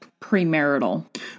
premarital